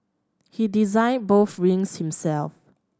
he designed both rings himself